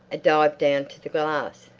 a dive down to the glass,